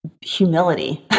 Humility